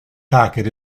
packet